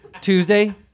Tuesday